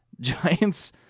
Giants